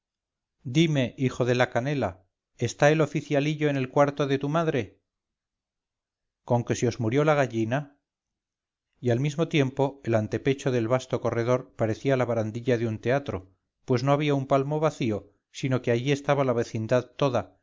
dime hijo de la canela está el oficialillo en el cuarto de tu madre con que se os murió la gallina y al mismo tiempo el antepecho del vasto corredor parecía la barandilla de un teatro pues no había un palmo vacío sino que allí estaba la vecindad toda